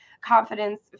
confidence